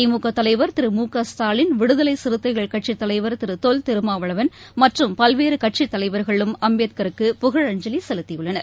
திமுகதலைவர் திரு மு க ஸ்டாலின் விடுதலைசிறுத்தைகள் கட்சித் தலைவர் திருதொல் திருமாவளவன் மற்றும் பல்வேறுகட்சித் தலைவர்களும் அம்பேத்கருக்கு புகழஞ்சலிசெலுத்தினர்